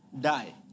die